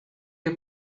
you